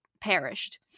perished